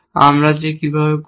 আমরা যে কিভাবে করব